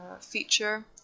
feature